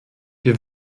wir